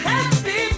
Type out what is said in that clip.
Happy